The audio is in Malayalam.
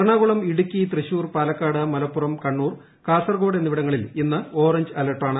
എറണാകുളം ഇടുക്കി തൃശൂർ പാലക്കാട് മലപ്പുറം കണ്ണൂർ കാസർഗോഡ് എന്നിവിടങ്ങളിൽ ഇന്ന് ഓറഞ്ച് അലർട്ടാണ്